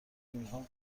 اینها